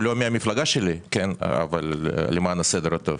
הוא לא מהמפלגה שלי, למען הסדר הטוב,